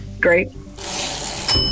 Great